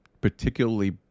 particularly